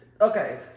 Okay